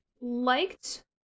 liked